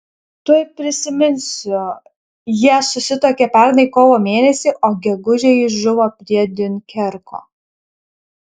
tuoj prisiminsiu jie susituokė pernai kovo mėnesį o gegužę jis žuvo prie diunkerko